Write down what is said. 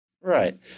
Right